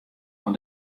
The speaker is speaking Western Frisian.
oan